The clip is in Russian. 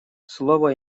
слово